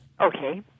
Okay